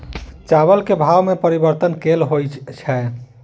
चावल केँ भाव मे परिवर्तन केल होइ छै?